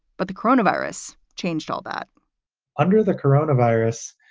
but the corona virus changed all that under the corona virus,